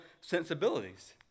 sensibilities